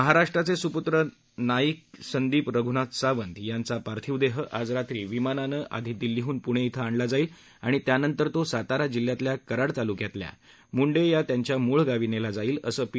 महाराष्ट्राचे सुपूत्र नाईक संदीप रघ्नाथ सावत यांचा पार्थीव देह आज रात्री विमानानं आधी दिल्लीहून पुणे इथं आणला जाईल आणि त्यानंतर तो सातारा जिल्ह्यातल्या कराड तालुक्यातल्या मुंडे या मूळ गावी नेला जाईल असं पी